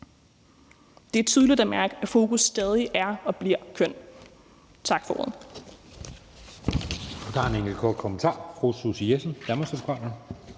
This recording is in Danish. Det er tydeligt at mærke, at fokus stadig er og bliver på køn. Tak for ordet.